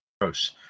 Gross